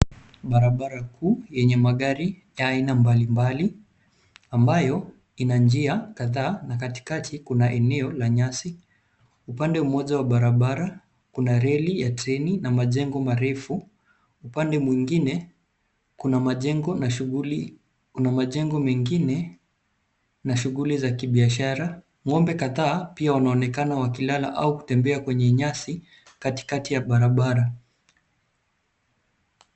Barabara kuu yenye magari ya aina mbalimbali ambayo ina njia kadhaa na katikati kuna eneo la nyasi. Upande mmoja wa barabara kuna reli ya treni na majengo marefu. Upande mwengine kuna majengo na shughuli za kibiashara. Ng'ombe kadhaa pia wanaonekana wakilala au kutembea kwenye nyasi katikati ya barabara.